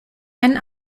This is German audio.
einen